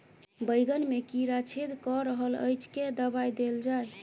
बैंगन मे कीड़ा छेद कऽ रहल एछ केँ दवा देल जाएँ?